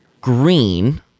green